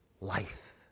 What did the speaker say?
life